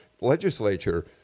legislature